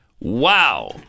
Wow